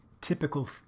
typical